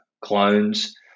clones